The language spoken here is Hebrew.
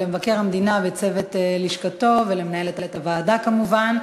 למבקר המדינה וצוות לשכתו ולמנהלת הוועדה כמובן.